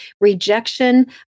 rejection